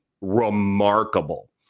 remarkable